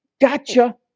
Gotcha